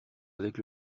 avec